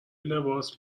لباس